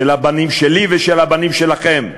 של הבנים שלי ושל הבנים שלכם,